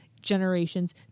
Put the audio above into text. generations